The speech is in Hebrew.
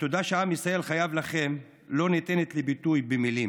התודה שעם ישראל חייב לכם לא ניתנת לביטוי במילים.